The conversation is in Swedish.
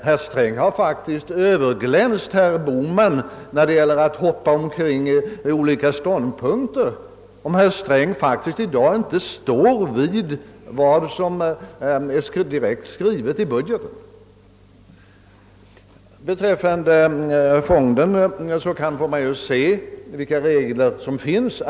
Herr Sträng har faktiskt överglänst herr Bohman när det gäller att hoppa mellan olika ståndpunkter, om herr Sträng inte står vid vad regeringen faktiskt begärt i statsverkspropositionen. Den föreslagna lånefonden kan man naturligtvis inte slutgiltigt bedöma förrän man får se vilka regler som kommer att föreslås.